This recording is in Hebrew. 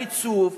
בריצוף,